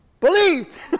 Believe